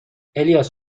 الیاس